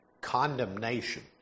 condemnation